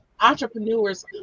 entrepreneurs